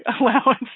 allowance